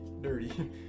dirty